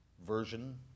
version